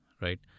right